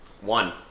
One